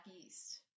east